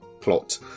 plot